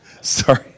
Sorry